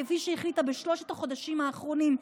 כפי שהיא החליטה בשלושת החודשים האחרונים,